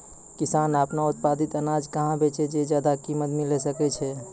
किसान आपनो उत्पादित अनाज कहाँ बेचतै जे ज्यादा कीमत मिलैल सकै छै?